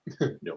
No